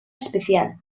especial